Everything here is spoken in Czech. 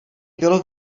bylo